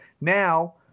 now